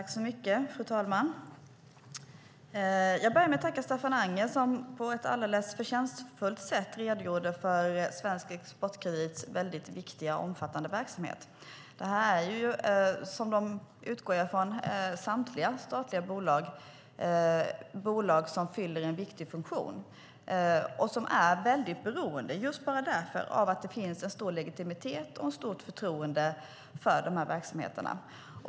Fru talman! Jag börjar med att tacka Staffan Anger som på ett förtjänstfullt sätt redogjorde för Svensk Exportkredits väldigt viktiga och omfattande verksamhet. Precis som, utgår jag ifrån, samtliga statliga bolag är detta ett bolag som fyller en viktig funktion och som just därför är väldigt beroende av att det finns en stor legitimitet och ett stort förtroende för verksamheten.